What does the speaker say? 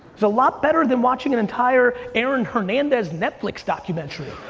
it's a lot better than watching an entire aaron hernandez netflix documentary.